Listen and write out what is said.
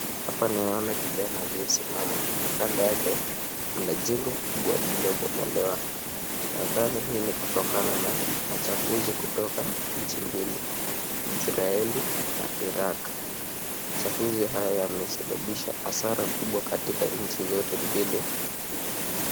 Hapa naona kijana aliyesimama na kando yake kuna jengo kubwa lililobomolewa, nadhani hii ni kutokana na machafuzi kutoka nchi mbili, Israeli na Iraq, uchafuzi haya yamesababisha hasara kubwa katika nchi zote mbili.